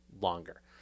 longer